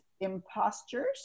Impostures